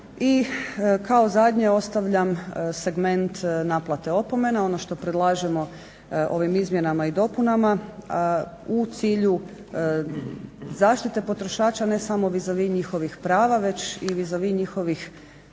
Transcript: kao zadnje ostavljam segment naplate opomena. Ono što predlažemo ovim izmjenama i dopunama u cilju zaštite potrošača, ne samo vizavi njihovih prava, već i vizavi njihovih